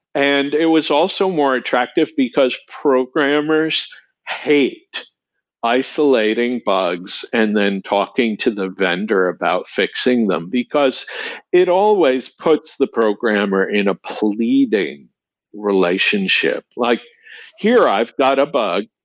and it was also more attractive because programmers hate isolating bugs and then talking to the vendor about fixing them, because it always puts the programmer in an ah pleading relationship. like here i've got a bug.